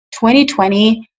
2020